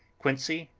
quincey,